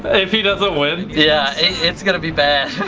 ah if he doesn't win. yeah it's going to be bad.